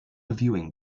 viewing